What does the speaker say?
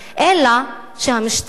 אלא שהמשטרה,